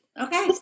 Okay